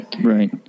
right